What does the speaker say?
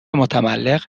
متملق